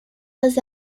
was